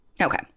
Okay